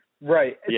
Right